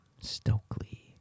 Stokely